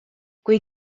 kui